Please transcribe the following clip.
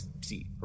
see